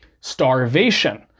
starvation